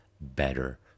better